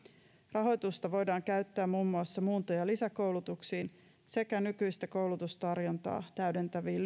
rahoitusta voidaan käyttää muun muassa muunto ja lisäkoulutuksiin sekä nykyistä koulutustarjontaa täydentäviin